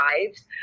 lives